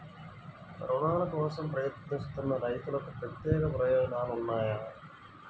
రుణాల కోసం ప్రయత్నిస్తున్న రైతులకు ప్రత్యేక ప్రయోజనాలు ఉన్నాయా?